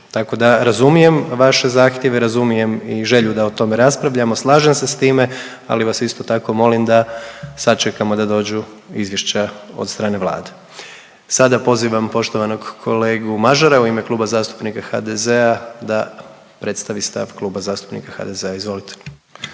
Tako da razumijem vaše zahtjeve, razumijem i želju da o tome raspravljamo, slažem se s time, ali vas isto tako molim da sačekamo da dođu izvješća od strane Vlade. Sada pozivam poštovanog kolegu Mažara u ime Kluba zastupnika HDZ-a da predstavi stav Kluba zastupnika HDZ-a. Izvolite.